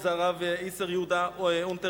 וזה הרב הגאון איסר יהודה אונטרמן,